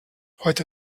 heute